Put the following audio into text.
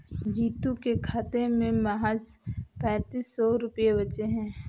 जीतू के खाते में महज पैंतीस सौ रुपए बचे हैं